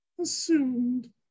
assumed